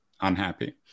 unhappy